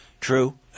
True